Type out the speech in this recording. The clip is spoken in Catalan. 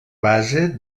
base